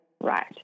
right